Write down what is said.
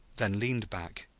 then leaned back,